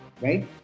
Right